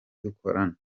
dukorana